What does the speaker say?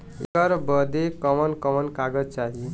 ऐकर बदे कवन कवन कागज चाही?